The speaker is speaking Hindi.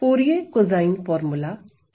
फूरिये कोसाइन फार्मूला क्या है